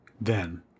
Then